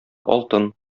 алтын